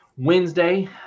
Wednesday